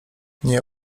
nie